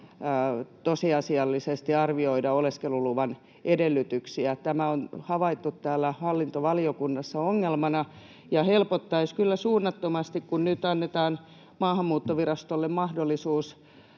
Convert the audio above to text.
tosiasiallisesti arvioida oleskeluluvan edellytyksiä. Tämä on havaittu täällä hallintovaliokunnassa ongelmana, ja helpottaisi kyllä suunnattomasti, kun nyt annettaisiin Maahanmuuttovirastolle mahdollisuus